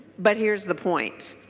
but here is the point.